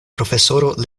profesoro